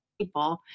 people